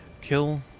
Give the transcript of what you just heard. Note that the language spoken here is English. kill